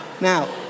Now